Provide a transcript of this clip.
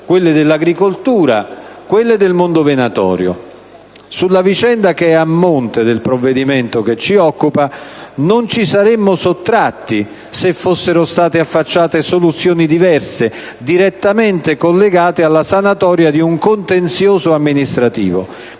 quelle dell'agricoltura e quelle del mondo venatorio. Sulla vicenda che è a monte del provvedimento che ci occupa non ci saremmo sottratti se fossero state affacciate soluzioni diverse, direttamente collegate alla sanatoria di un contenzioso amministrativo.